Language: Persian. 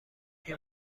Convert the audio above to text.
این